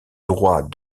droit